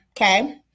Okay